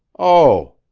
oh,